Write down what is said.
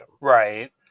Right